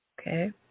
okay